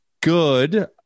good